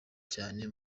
cyane